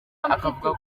akavuga